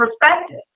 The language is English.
perspective